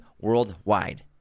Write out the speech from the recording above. worldwide